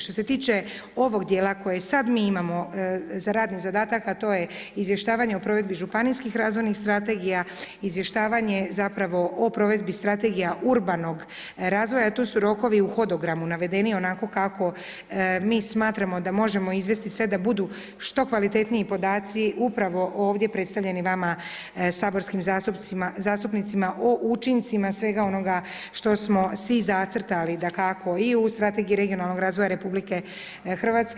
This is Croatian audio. Što se tiče ovog dijela koje sada mi imamo za radni zadatak, a to je izvještavanje o provedbi županijskih razvojnih strategija, izvještavanje zapravo o provedbi strategija urbanog razvoja tu su rokovi u hodogramu navedeni onako kako mi smatramo da možemo izvesti sve da budu što kvalitetniji podaci upravo ovdje predstavljeni vama saborskim zastupnicima o učincima svega onoga što smo si zacrtali dakako i u Strategiji regionalnog razvoja Republike Hrvatske.